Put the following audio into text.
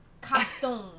Costume